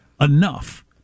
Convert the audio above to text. enough